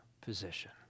position